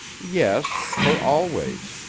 yes. for always.